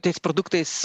tais produktais